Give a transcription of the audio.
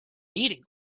eating